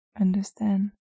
understand